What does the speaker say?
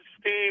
Steve